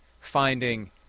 finding